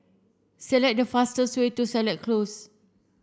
select the fastest way to Seletar Close